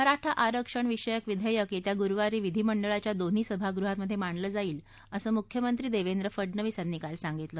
मराठा आरक्षण विषयक विधेयक येत्या गूरूवारी विधीमंडळाच्या दोन्ही सभागृहात मांडलं जाईल अस मुख्यमंत्री देवेंद्र फडनवीस यांनी काल सांगितलं